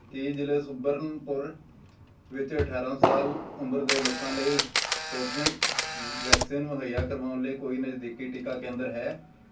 ਕੀ ਜ਼ਿਲ੍ਹੇ ਸੁਬਰਨਪੁਰ ਵਿੱਚ ਅਠਾਰਾਂ ਸਾਲ ਉਮਰ ਦੇ ਲੋਕਾਂ ਲਈ ਸਪੁਟਨਿਕ ਵੈਕਸੀਨ ਮੁਹੱਈਆ ਕਰਵਾਉਣ ਲਈ ਕੋਈ ਨਜ਼ਦੀਕੀ ਟੀਕਾ ਕੇਂਦਰ ਹੈ